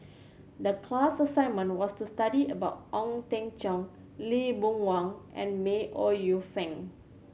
the class assignment was to study about Ong Teng Cheong Lee Boon Wang and May Ooi Yu Fen